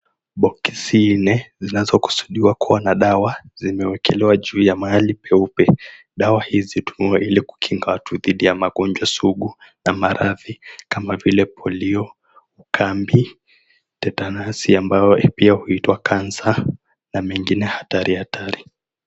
Boksi nne zinazokusudiwa kuwa na dawa zimewekelewa juu ya mahali peupe. Dawa hizi hutumiwa ili kukinga watu dhidi ya magonjwa sugu na maradhi kama vile polio , ukambi, tetanus ambayo pia huitwa cancer na mengine hatari hatari.